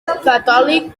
catòlic